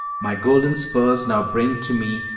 my golden spurs now bring to me,